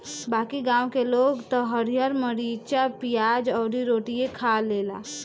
बाकी गांव के लोग त हरिहर मारीचा, पियाज अउरी रोटियो खा लेला